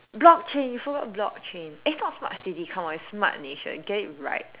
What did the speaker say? block chain so what block chain it's not smart city come on it's smart nation get it right